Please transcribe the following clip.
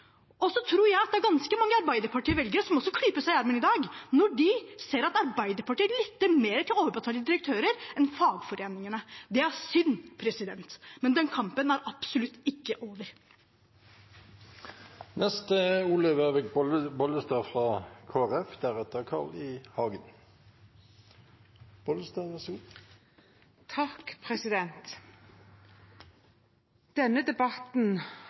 Jeg tror det er ganske mange Arbeiderparti-velgere som også klyper seg i armen i dag når de ser at Arbeiderpartiet lytter mer til overbetalte direktører enn til fagforeningene. Det er synd, men den kampen er absolutt ikke